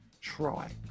try